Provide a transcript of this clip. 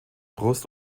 brust